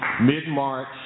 mid-March